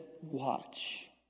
watch